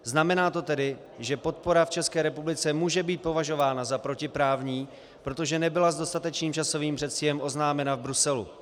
Znamená to tedy, že podpora v České republice může být považována za protiprávní, protože nebyla s dostatečným časovým předstihem oznámena v Bruselu.